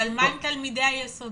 אבל מה עם תלמידי היסודי?